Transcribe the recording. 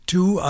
Two